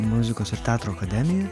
muzikos ir teatro akademiją